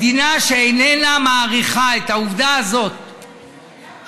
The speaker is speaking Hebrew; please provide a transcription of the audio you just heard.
מדינה שאיננה מעריכה את העובדה הזאת שהחקלאות,